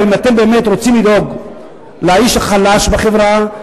האם אתם באמת רוצים לדאוג לאיש החלש בחברה,